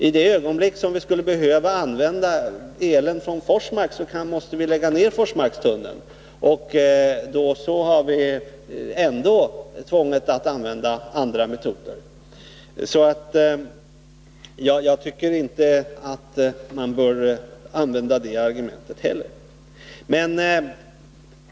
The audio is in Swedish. I det ögonblick vi behöver använda el från Forsmark måste vi lägga ned Forsmarkstunneln. Då har vi ändå tvånget att begagna andra metoder. Jag tycker alltså att man inte bör använda det argumentet heller.